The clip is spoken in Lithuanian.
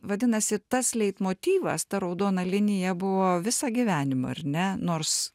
vadinasi tas leitmotyvas ta raudona linija buvo visą gyvenimą ar ne nors